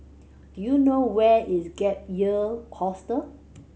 do you know where is Gap Year Hostel